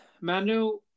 Manu